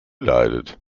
leidet